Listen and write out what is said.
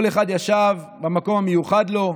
כל אחד ישב במקום המיוחד לו,